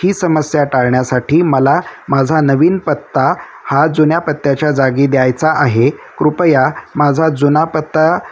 ही समस्या टाळण्यासाठी मला माझा नवीन पत्ता हा जुन्या पत्त्याच्या जागी द्यायचा आहे कृपया माझा जुना पत्ता